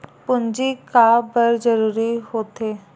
पूंजी का बार जरूरी हो थे?